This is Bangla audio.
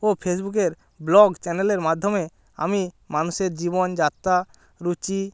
ও ফেসবুকের ব্লগ চ্যানেলের মাধ্যমে আমি মানুষের জীবনযাত্রা রুচি